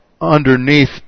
underneath